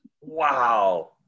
Wow